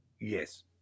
Yes